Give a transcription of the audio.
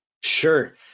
Sure